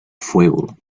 fuego